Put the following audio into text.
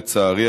לצערי,